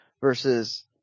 versus